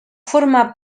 forma